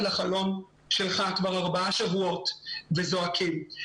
לחלון שלך כבר ארבעה שבועות וזועקים.